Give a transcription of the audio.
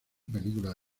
película